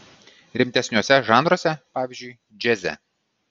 rimtesniuose žanruose pavyzdžiui džiaze